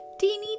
Teeny